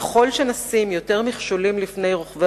ככל שנשים יותר מכשולים לפני רוכבי